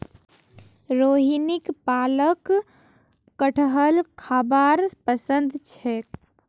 रोहिणीक पकाल कठहल खाबार पसंद छेक